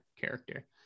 Character